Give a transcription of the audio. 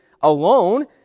alone